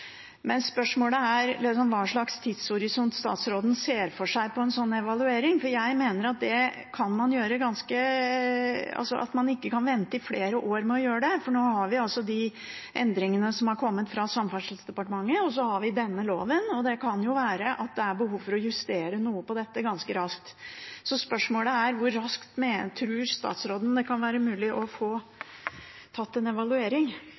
Spørsmålet er hvilken tidshorisont statsråden ser for seg for en sånn evaluering. Jeg mener at man ikke kan vente i flere år med å gjøre det. Nå har vi altså endringene som har kommet fra Samferdselsdepartementet, og vi har denne loven. Det kan jo være at det er behov for å justere noe på dette ganske raskt, så spørsmålet er: Hvor raskt tror statsråden det kan være mulig å få tatt en evaluering?